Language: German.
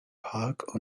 park